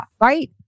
Right